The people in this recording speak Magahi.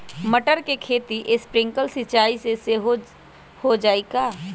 मटर के खेती स्प्रिंकलर सिंचाई से हो जाई का?